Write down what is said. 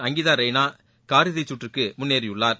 அங்கீதா ரெய்னா காலிறுதி சுற்றுக்கு முன்னேறியுள்ளார்